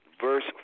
verse